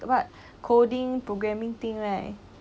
what coding programming thing right